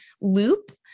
loop